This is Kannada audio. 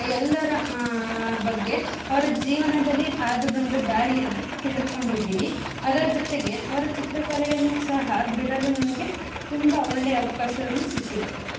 ಎಲ್ಲರ ಬಗ್ಗೆ ಅವರ ಜೀವನದಲ್ಲಿ ಹಾದುಬಂದ ದಾರಿಯನ್ನು ತಿಳ್ಕೊಂಡಿದೀನಿ ಅದರ ಜೊತೆಗೆ ಅವರ ಚಿತ್ರಕಲೆಯನ್ನು ಸಹ ಬಿಡಲು ನನಗೆ ತುಂಬ ಒಳ್ಳೆಯ ಅವಕಾಶವನ್ನು ಸಿಕ್ಕಿದೆ